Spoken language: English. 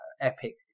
epic